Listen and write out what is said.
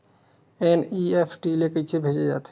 NEFT ले कइसे भेजे जाथे?